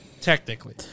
Technically